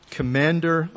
commander